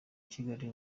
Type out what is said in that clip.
kigali